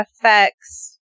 affects